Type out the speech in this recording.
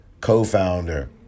co-founder